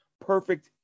perfect